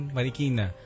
Marikina